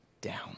down